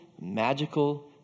magical